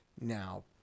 Now